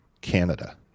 Canada